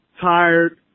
tired